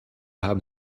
haben